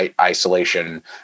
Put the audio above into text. isolation